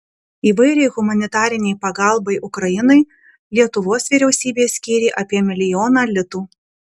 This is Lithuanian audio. įvairiai humanitarinei pagalbai ukrainai lietuvos vyriausybė skyrė apie milijoną litų